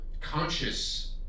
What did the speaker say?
conscious